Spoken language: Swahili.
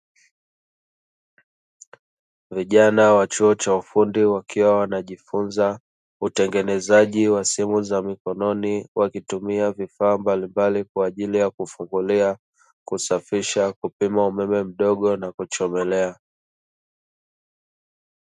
Vijana wa chuo cha ufundi wakiwa wanajifunza utengenezaji wa simu za mikononi wakitumia vifaa mbalimbali kwa ajili ya kufungulia, kusafisha, kupima umeme mdogo na kuchomelea.